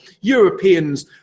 europeans